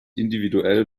individuell